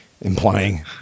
implying